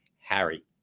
Harry